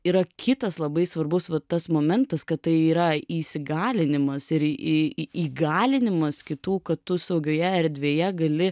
yra kitas labai svarbus va tas momentas kad tai yra įsigalinimas ir įgalinimas kitų kad tu saugioje erdvėje gali